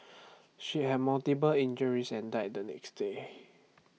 she had multiple injuries and died the next day